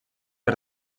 per